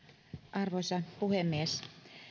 arvoisa puhemies